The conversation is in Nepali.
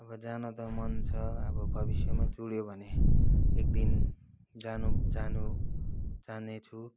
अब जानु त मन छ अब भविष्यमा जुऱ्यो भने एक दिन जानु जानु जानेछु